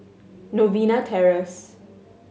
Novena Terrace